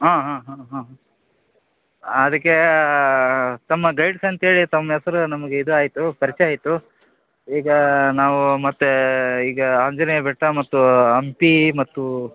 ಹ್ಞೂ ಹ್ಞೂ ಹ್ಞೂ ಅದಕ್ಕೇ ತಮ್ಮ ಗೈಡ್ಸ್ ಅಂತ್ಹೇಳಿ ತಮ್ಮ ಹೆಸ್ರ್ ನಮಗೆ ಇದು ಆಯಿತು ಪರಿಚಯ ಆಯಿತು ಈಗ ನಾವೂ ಮತ್ತೆ ಈಗ ಆಂಜನೇಯ ಬೆಟ್ಟ ಮತ್ತು ಹಂಪಿ ಮತ್ತು